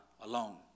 alone